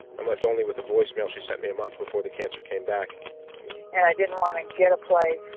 i'm left only with a voicemail she sent me a month before the cancer came back and i didn't want to get a place,